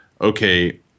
okay